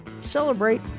celebrate